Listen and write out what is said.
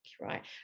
Right